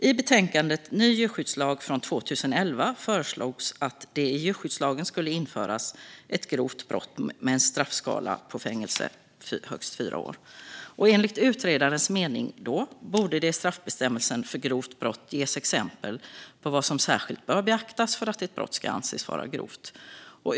I betänkandet Ny djurskyddslag från 2011 föreslogs att det i djurskyddslagen skulle införas ett grovt brott med en straffskala på fängelse i högst fyra år. Enligt utredarens mening borde det i straffbestämmelsen för grovt brott ges exempel på vad som särskilt bör beaktas för att ett brott ska anses vara grovt.